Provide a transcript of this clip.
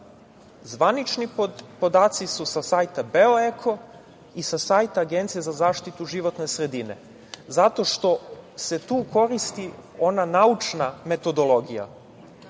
Zvanični podaci su sa sajta "beoeko" i sa sajta Agencije za zaštitu životne sredine zato što se tu koristi ona naučna metodologija.